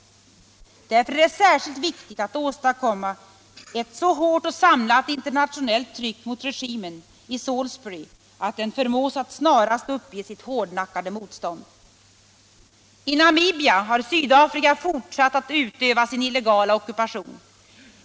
Därför är det särskilt viktigt att åstadkomma ett så hårt och samlat internationellt tryck mot regimen i Salisbury att den förmås att snarast uppge sitt hårdnackade motstånd. I Namibia har Sydafrika fortsatt att utöva sin illegala ockupation.